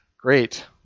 Great